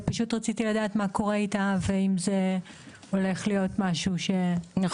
ופשוט רציתי לדעת מה קורה איתה ואם זה הולך להיות משהו באופק?